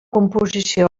composició